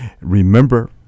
Remember